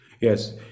Yes